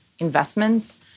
investments